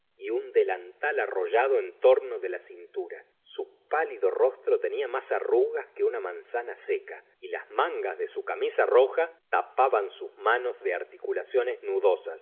y un delantal arrollado en torno de la cintura su pálido rostro tenia más arrugas que una manzana seca y las mangas de su camisa roja tapaban sus manos de articulaciones nudosas